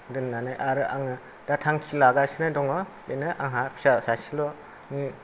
दोननानै आरो आङो थांखि लागासिनो दङ बिदिनो आंहा फिसा सासेल'नि